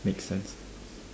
makes sense